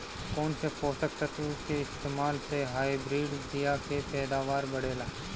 कौन से पोषक तत्व के इस्तेमाल से हाइब्रिड बीया के पैदावार बढ़ेला?